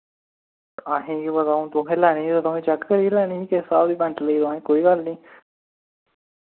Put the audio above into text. असें केह् पता हु'न तुसैं लैनी ते तुसैं चैक करियै लैनी ही किस स्हाब दी पैंट लेई तुसैं कोई गल्ल निं